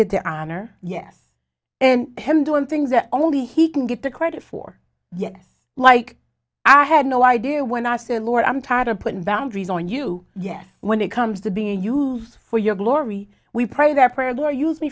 get there honor yes and him doing things that only he can get the credit for yes like i had no idea when i said lord i'm tired of putting boundaries on you yet when it comes to being used for your glory we pray that